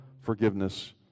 forgiveness